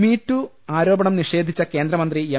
me too ആരോപണം നിഷേധിച്ച കേന്ദ്രമന്ത്രി എം